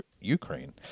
Ukraine